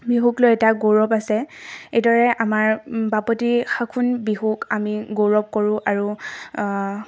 বিহুক লৈ এটা গৌৰৱ আছে এইদৰে আমাৰ বাপতিসাহোন বিহুক আমি গৌৰৱ কৰোঁ আৰু